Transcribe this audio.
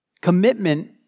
commitment